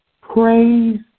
praise